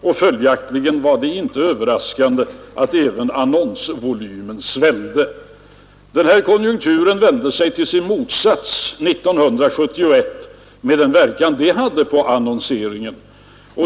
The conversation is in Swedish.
Därför var det inte överraskande att även annonsvolymen svällde. Den här konjunkturen vände sig till sin motsats 1971 med den verkan det hade på annonseringen.